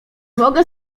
mogę